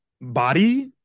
body